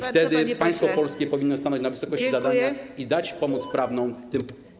Wtedy państwo polskie powinno stanąć na wysokości zadania i zapewnić pomoc prawną tym.